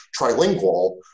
trilingual